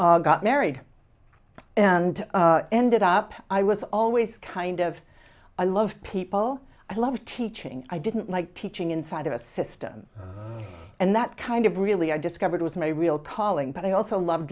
got married and ended up i was always kind of i love people i love teaching i didn't like teaching inside of a system and that kind of really i discovered was my real calling but i also love